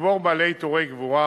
לקבור בעלי עיטורי גבורה,